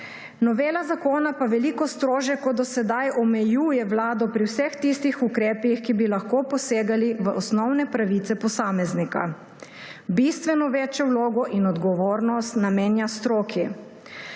Novela zakona pa veliko strožje kot do sedaj omejuje Vlado pri vseh tistih ukrepih, ki bi lahko posegali v osnovne pravice posameznika. Bistveno večjo vlogo in odgovornost namenja stroki.